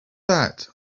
that